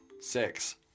Six